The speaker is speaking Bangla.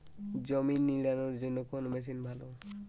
জমি নিড়ানোর জন্য কোন মেশিন ভালো?